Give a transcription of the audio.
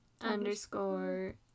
underscore